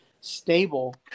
stable